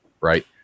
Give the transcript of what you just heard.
right